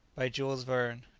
by jules verne.